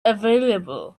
available